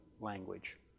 language